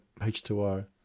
H2O